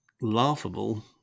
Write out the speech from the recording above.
laughable